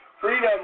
freedom